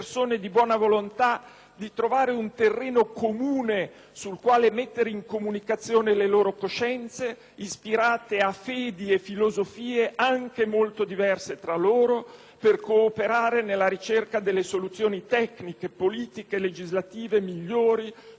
di trovare un terreno comune sul quale mettere in comunicazione le loro coscienze, ispirate a fedi e filosofie anche molto diverse tra loro, per cooperare nella ricerca delle soluzioni tecniche, politiche, legislative migliori per il bene del Paese.